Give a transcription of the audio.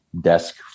desk